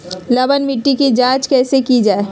लवन मिट्टी की जच कैसे की जय है?